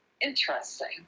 Interesting